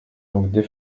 donc